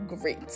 great